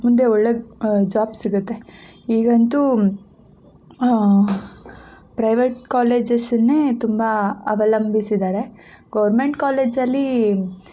ಮುಂದೆ ಒಳ್ಳೇ ಜಾಬ್ ಸಿಗುತ್ತೆ ಈಗಂತೂ ಪ್ರೈವೇಟ್ ಕಾಲೇಜಸನ್ನೇ ತುಂಬ ಅವಲಂಬಿಸಿದ್ದಾರೆ ಗೌರ್ಮೆಂಟ್ ಕಾಲೇಜಲ್ಲೀ